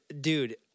dude